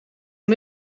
een